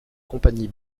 compagnie